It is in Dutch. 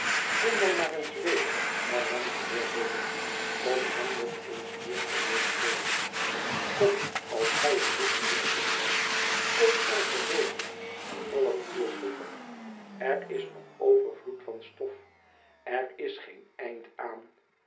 ikom dan maar eens weder hernam de heer bofn om hem nog eens meer te hooren lezen kom als gij er lust in hebt kom overmorgen een half uur vroeger er is nog overvloed van stof er is geen eind aan